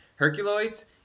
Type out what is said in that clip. Herculoids